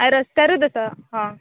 हय रस्त्यारूच आसा हां